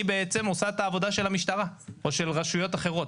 היא בעצם עושה את העבודה של המשטרה או של רשויות אחרות,